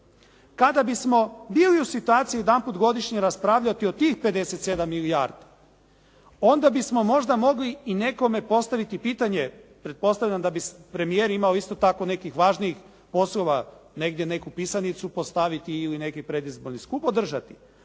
Kada bismo bili u situaciji jedanput godišnje raspravljati od tih 57 milijardi, onda bismo možda mogli i nekome postaviti pitanje, pretpostavljam da bi premijer imao isto tako nekih važnih poslova, negdje, neku pisanicu postaviti ili neki predizborni skup održati,